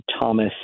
Thomas